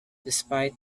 despite